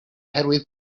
oherwydd